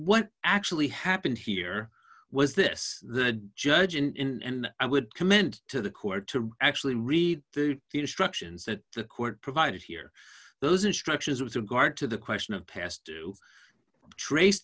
what actually happened here was this the judge in and i would commend to the court to actually read the instructions that the court provided here those instructions with regard to the question of passed to trace